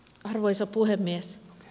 arvoisa puhemies